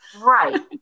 Right